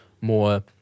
more